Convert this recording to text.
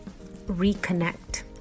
reconnect